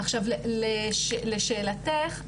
עכשיו לשאלתך,